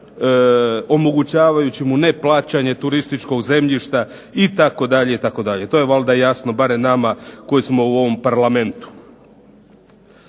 omogućavajući mu neplaćanje turističkog zemljišta itd., itd. To je valjda jasno barem nama koji smo u ovom Parlamentu.